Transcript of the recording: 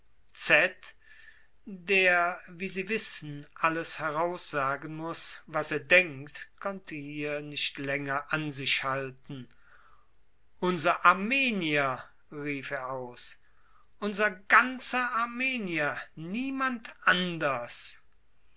der wie sie wissen alles heraussagen muß was er denkt konnte hier nicht länger an sich halten unser armenier rief er aus unser ganzer armenier niemand anders